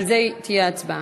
זה תהיה הצבעה.